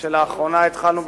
שלאחרונה התחלנו,